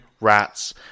rats